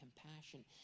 compassion